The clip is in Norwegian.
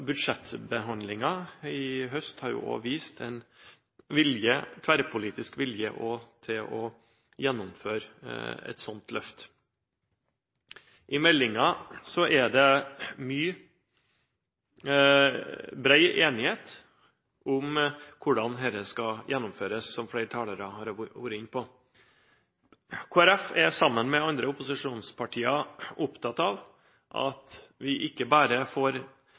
i høst har jo også vist en tverrpolitisk vilje til å gjennomføre et sånt løft. I meldingen er det mye bred enighet om hvordan dette skal gjennomføres – som flere talere har vært inne på. Kristelig Folkeparti er, sammen med andre opposisjonspartier, opptatt av at vi ikke bare får